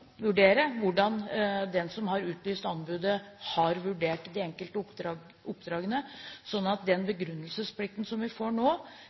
vurdere, og om hvordan den som har utlyst anbudet, har vurdert de enkelte oppdragene. Så den begrunnelsesplikten som vi får nå,